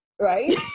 right